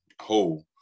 whole